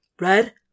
Red